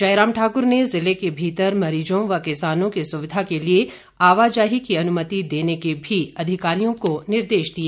जयराम ठाकुर ने ज़िले को भीतर मरीजों व किसानों की सुविधा के लिए आवाजाही की अनुमति देने के भी अधिकारियों को निर्देश दिए